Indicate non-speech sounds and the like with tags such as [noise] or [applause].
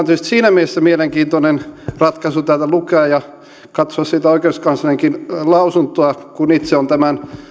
[unintelligible] tietysti siinä mielessä mielenkiintoinen ratkaisu täältä lukea ja katsoa sitä oikeuskanslerinkin lausuntoa kun itse olen tämän